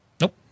Nope